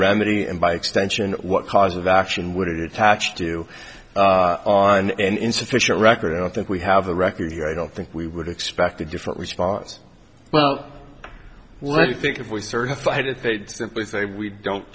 remedy and by extension what cause of action would it tach do on an insufficient record i don't think we have a record here i don't think we would expect a different response well let me think if we certified it they'd simply say we don't